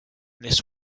this